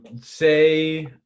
say